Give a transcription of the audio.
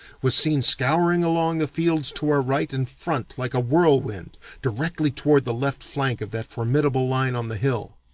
was seen scouring along the fields to our right and front like a whirlwind directly toward the left flank of that formidable line on the hill.